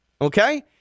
Okay